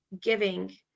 giving